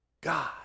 God